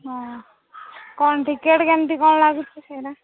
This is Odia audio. ହଁ କ'ଣ ଟିକେଟ୍ କେମିତି କ'ଣ ଲାଗୁଛି ସେଇଟା